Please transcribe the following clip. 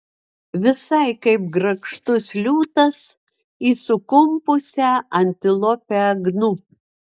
visai kaip grakštus liūtas į sukumpusią antilopę gnu